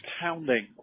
pounding